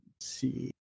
see